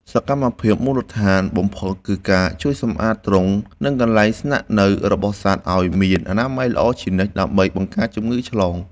សកម្មភាពមូលដ្ឋានបំផុតគឺការជួយសម្អាតទ្រុង និងកន្លែងស្នាក់នៅរបស់សត្វឱ្យមានអនាម័យល្អជានិច្ចដើម្បីបង្ការជំងឺឆ្លង។